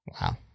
Wow